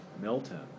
Milton